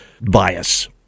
bias